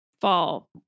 fall